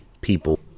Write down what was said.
people